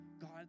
God